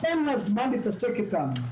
אין לה זמן להתעסק איתם.